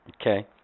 Okay